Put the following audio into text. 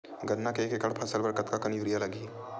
गन्ना के एक एकड़ फसल बर कतका कन यूरिया लगही?